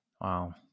Wow